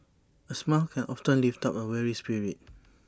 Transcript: A smile can often lift up A weary spirit